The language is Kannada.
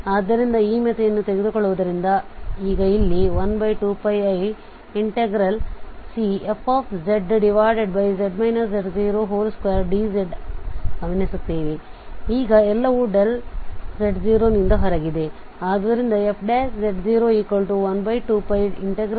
ಆದ್ದರಿಂದ ಈ ಮಿತಿಯನ್ನು ತೆಗೆದುಕೊಳ್ಳುವುದರಿಂದ ಈಗ ಇಲ್ಲಿ 12πiCfzz z02dz ಗಮನಿಸುತ್ತೇವೆ ಮತ್ತು ಈಗ ಎಲ್ಲವೂ z0 ನಿಂದ ಹೊರಗಿದೆ